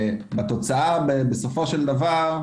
בסופו של דבר,